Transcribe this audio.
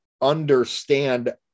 understand